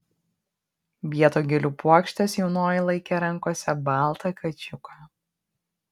vietoj gėlių puokštės jaunoji laikė rankose baltą kačiuką